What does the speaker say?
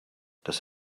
does